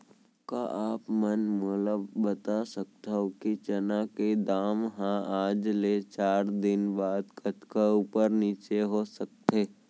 का आप मन मोला बता सकथव कि चना के दाम हा आज ले चार दिन बाद कतका ऊपर नीचे हो सकथे?